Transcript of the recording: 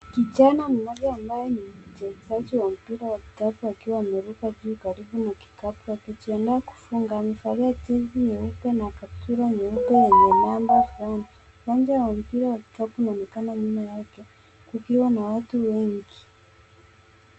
Mvulanaa mmoja ambaye ni mchezaji wa mpira wa kikapu akiwa ameruka juu karibu na kikapu akijiandaa kufunga, amevalia jezi nyeupe na kaptura nyeupe yenye miamba Fulani. Uwanja wa mpira wa kikapu unaonekana nyuma yake, kukiwa na watu wengi.